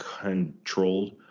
controlled